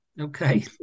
Okay